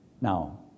Now